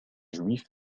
juive